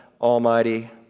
Almighty